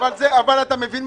זה לא מובן לי,